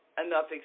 enough